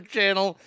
Channel